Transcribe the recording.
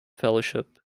fellowship